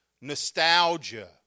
Nostalgia